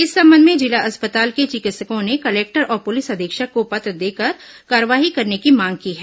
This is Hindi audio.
इस संबंध में जिला अस्पताल के चिकित्सकों ने कलेक्टर और पुलिस अधीक्षक को पत्र देकर कार्रवाई करने की मांग की है